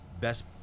best